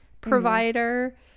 Provider